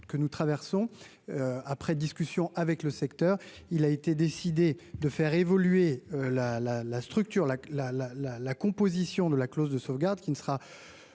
que nous traversons, après discussion avec le secteur, il a été décidé de faire évoluer la la la structure, la la la la la composition de la clause de sauvegarde qui ne sera plus